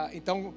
Então